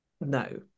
No